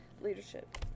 leadership